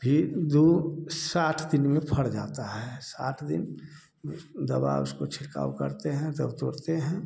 भी दो साठ दिन में फल जाता है साठ दिन दवा उसको छिड़काव करते हैं तब तोड़ते हैं